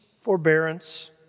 forbearance